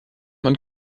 man